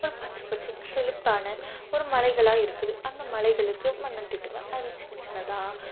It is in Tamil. ஒரு பச்சை பச்சைன்னு செழிப்பான ஒரு மலைகளாக இருக்குது அந்த மலைகளுக்கு வண்ணம் தீட்டுவேன் அதில் சின்ன சின்னதாக